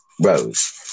Rose